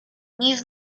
niż